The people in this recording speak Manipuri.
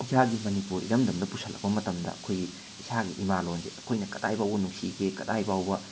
ꯏꯁꯥꯒꯤ ꯃꯅꯤꯄꯨꯔ ꯏꯔꯝꯗꯝꯗ ꯄꯨꯁꯜꯂꯛꯄ ꯃꯇꯝꯗ ꯑꯩꯈꯣꯏꯒꯤ ꯏꯁꯥꯒꯤ ꯏꯃꯥꯂꯣꯟꯁꯦ ꯑꯩꯈꯣꯏꯅ ꯀꯗꯥꯏꯐꯥꯎꯕ ꯅꯨꯡꯁꯤꯒꯦ ꯀꯗꯥꯏꯐꯥꯎꯕ